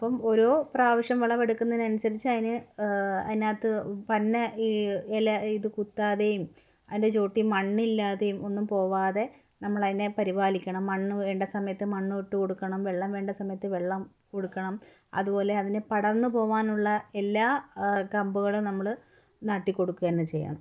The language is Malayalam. അപ്പം ഓരോ പ്രാവശ്യം വളമെടുക്കുന്നതിനനുസരിച്ച് അതിന് അതിനകത്ത് പന്ന ഈ ഇല ഇത് കുത്താതെയും അതിൻ്റെ ചോട്ടിൽ മണ്ണില്ലാതെയും ഒന്നും പോവാതെ നമ്മളതിനെ പരിപാലിക്കണം മണ്ണ് വേണ്ട സമയത്ത് മണ്ണ് ഇട്ട് കൊടുക്കണം വെള്ളം വേണ്ട സമയത്ത് വെള്ളം കൊടുക്കണം അതുപോലെ അതിനെ പടന്ന് പോവാനുള്ള എല്ലാ കമ്പുകളും നമ്മൾ നാട്ടി കൊടുക്കുക തന്നെ ചെയ്യണം